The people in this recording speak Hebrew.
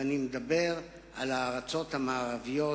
ואני מדבר על הארצות המערביות,